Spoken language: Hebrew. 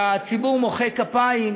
והציבור מוחא כפיים.